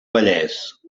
vallès